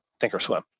Thinkorswim